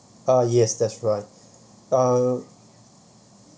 uh yes that's right uh